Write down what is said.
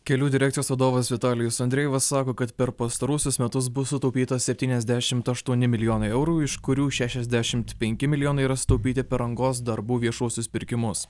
kelių direkcijos vadovas vitalijus andrejevas sako kad per pastaruosius metus bus sutaupyta septyniasdešimt aštuoni milijonai eurų iš kurių šešiasdešimt penki milijonai yra sutaupyti per rangos darbų viešuosius pirkimus